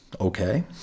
Okay